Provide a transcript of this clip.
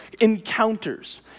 encounters